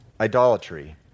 idolatry